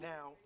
Now